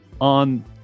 on